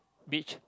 beach